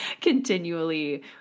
continually